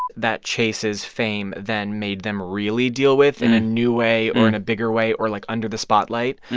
that chases fame then made them really deal with in a new way or in a bigger way or, like, under the spotlight.